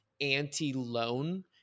anti-loan